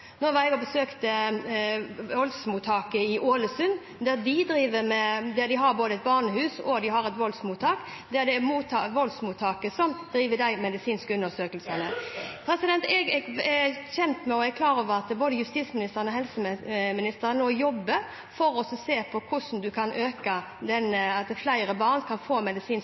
Jeg har besøkt voldsmottaket i Ålesund. Der har de både et barnehus og et voldsmottak. Det er voldsmottaket som driver med de medisinske undersøkelsene. Jeg er kjent med og er klar over at både justisministeren og helseministeren nå jobber for å se på hvordan flere barn kan få medisinsk undersøkelse. Det handler om kompetanse og kapasitet hos personellet. Vi kan